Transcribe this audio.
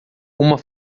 uma